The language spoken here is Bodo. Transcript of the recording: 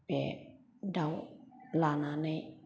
बे दाउ लानानै